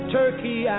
turkey